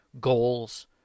goals